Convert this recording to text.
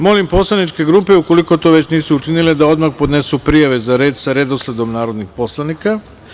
Molim poslaničke grupe, ukoliko to već nisu učinile, da odmah podnesu prijave za reč sa redosledom narodnih poslanika.